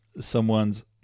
someone's